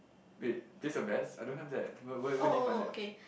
wait that's your best I don't have that where where where did you find that